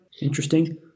Interesting